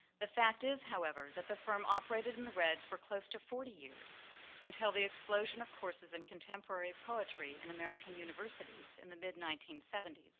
the fact is, however, that the firm operated in the red for close to forty years until the explosion of courses in contemporary poetry in american universities in the mid nineteen seventy s.